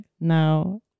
now